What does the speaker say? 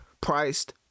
priced